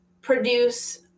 produce